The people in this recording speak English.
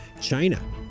China